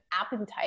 appetite